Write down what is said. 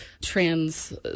trans